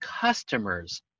customers